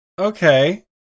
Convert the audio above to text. okay